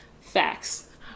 facts